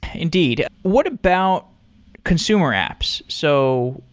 indeed. what about consumer apps? so,